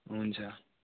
हुन्छ